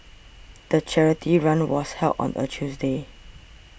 the charity run was held on a Tuesday